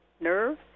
nerve